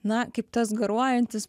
na kaip tas garuojantis